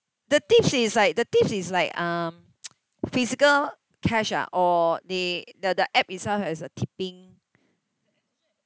the tips is like the tips is like um physical cash ah or they the the app itself has a tipping